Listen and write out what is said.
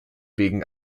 wegen